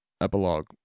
Epilogue